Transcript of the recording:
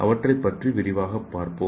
அவற்றைப் பற்றி விரிவாகப் பார்ப்போம்